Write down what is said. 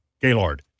Gaylord